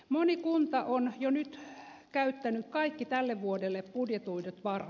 moni kunta on jo nyt käyttänyt kaikki tälle vuodelle budjetoidut varat